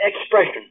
expression